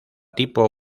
tipo